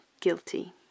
guilty